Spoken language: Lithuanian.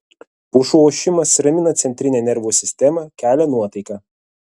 pušų ošimas ramina centrinę nervų sistemą kelia nuotaiką